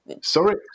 Sorry